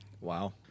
Wow